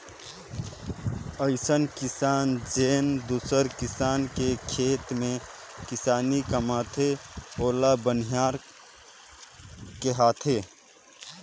अइसन किसान जेन दूसर किसान के खेत में किसानी कमाथे ओला बनिहार केहथे